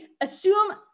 assume